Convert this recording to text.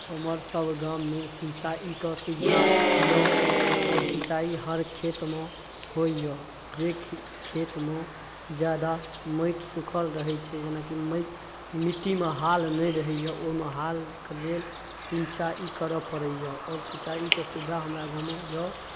हमरसभ गाममे सिंचाइके सुविधा यए आओर सिंचाइ हर खेतमे होइए जे खेतमे ज्यादा माटि सूखल रहै छै जेनाकि माइ मिट्टीमे हाल नहि रहैए ओहिमे हालके लेल सिंचाइ करय पड़ैए आओर सिंचाइके सुविधा हमरा गाँवमे यए